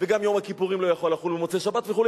וגם יום הכיפורים לא יכול לחול במוצאי-שבת וכו',